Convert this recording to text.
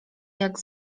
jak